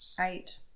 eight